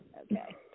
okay